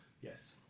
Yes